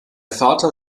vater